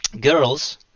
girls